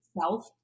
self